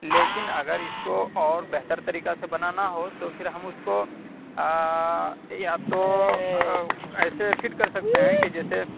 لیکن اگر اس کو اور بہتر طریقہ سے بنانا ہو تو پھر ہم اس کو یا اب تو ایسے فٹ کر سکتے ہیں کہ جیسے